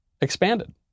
expanded